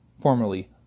formerly